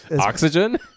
Oxygen